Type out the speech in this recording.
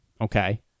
Okay